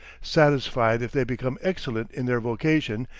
satisfied if they become excellent in their vocation,